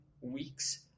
weeks